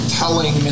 telling